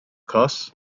course